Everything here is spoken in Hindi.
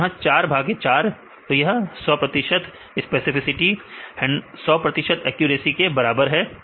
तो यह चार भागा चार है तो यह 100 प्रतिशत है स्पेसिफिसिटी 100 प्रतिशत एक्यूरेसी के बराबर है